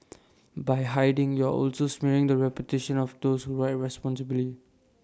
by hiding you're also smearing the reputation of those who ride responsibly